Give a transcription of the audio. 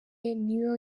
niyo